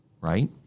right